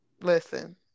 listen